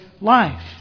life